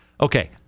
Okay